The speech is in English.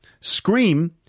scream